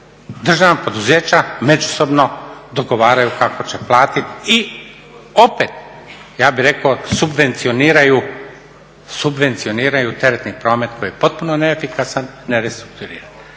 Državna poduzeća međusobno dogovaraju kako će platiti i opet ja bih rekao subvencioniraju teretni promet koji je potpuno neefikasan na restrukturiranje.